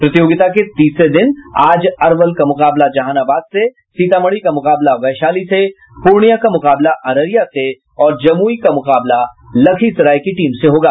प्रतियोगिता के तीसरे दिन आज अरवल का मुकाबला जहानाबाद से सीतामढ़ी का मुकाबला वैशाली से पूर्णिया का मुकाबला अररिया से और जमुई का मुकाबला लखीसराय की टीम से होगा